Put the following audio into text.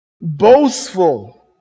Boastful